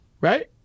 right